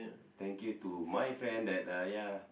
thank you to my friend that ah ya